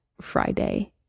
Friday